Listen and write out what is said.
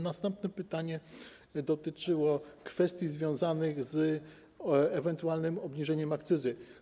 Następne pytanie dotyczyło kwestii związanych z ewentualnym obniżeniem akcyzy.